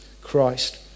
Christ